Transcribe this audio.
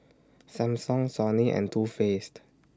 Samsung Sony and Too Faced